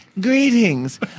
Greetings